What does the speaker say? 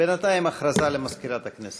הודעה למזכירת הכנסת.